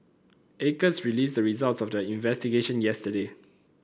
acres released the results of their investigation yesterday